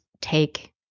take